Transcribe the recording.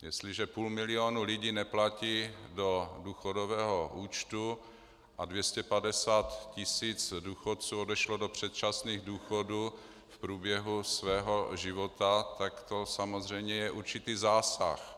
Jestliže půl milionu lidí neplatí do důchodového účtu a 250 tisíc odešlo do předčasných důchodů v průběhu svého života, tak to samozřejmě je určitý zásah.